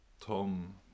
Tom